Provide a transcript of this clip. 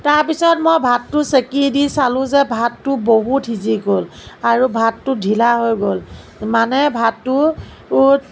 তাৰপিছত মই ভাতটো চেকি দি চালোঁ যে ভাতটো বহুত সিজি গ'ল আৰু ভাতটো ঢিলা হৈ গ'ল মানে ভাতটো